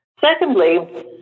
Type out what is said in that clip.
Secondly